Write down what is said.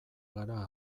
gara